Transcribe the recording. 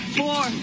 four